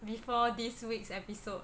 before this week's episode